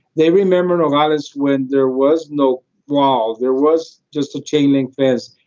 they remember nogales when there was no walls there was just a chain-link fence.